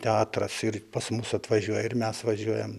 teatras ir pas mus atvažiuoja ir mes važiuojam